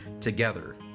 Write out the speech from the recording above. Together